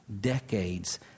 decades